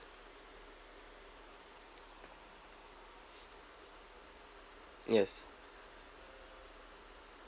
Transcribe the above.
yes